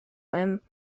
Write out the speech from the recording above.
einem